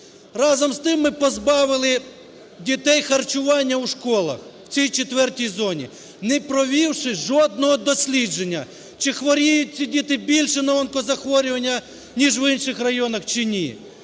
Разом з тим, ми позбавили дітей харчування у школах, в цій четвертій зоні, не провівши жодного дослідження, чи хворіють ці діти більше на онкозахворювання, ніж в інших районах, чи ні.